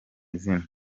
izina